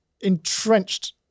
entrenched